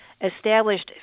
established